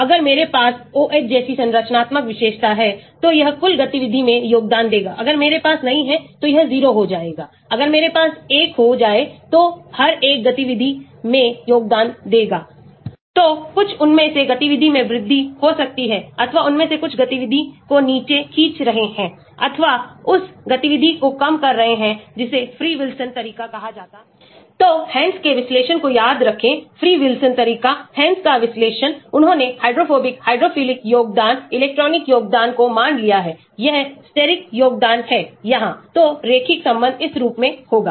तो अगर मेरे पास OH जैसी संरचनात्मक विशेषता है तो यह कुल गतिविधि में योगदान देगा अगर मेरे पास नहीं है तो यह 0 हो जाएगा अगर मेरे पास 1 हो जाए तो हर एक गतिविधि में योगदान देगा तो कुछ उनमें से गतिविधि में वृद्धि हो सकती है अथवा उनमें से कुछ गतिविधि को नीचे खींच रहे हैंअथवा उस गतिविधि को कम कर सकते हैं जिसे free Wilson तरीका कहा जाता है Activity Σ a i x i μ तो Hansch's के विश्लेषण को याद रखें free Wilson तरीका Hansch's का विश्लेषण उन्होंने हाइड्रोफोबिक हाइड्रोफिलिक योगदान इलेक्ट्रॉनिक योगदान को मान लिया है यह steric योगदान है यहां तो रैखिक संबंध इस रूप में होगा